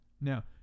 now